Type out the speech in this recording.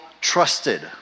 trusted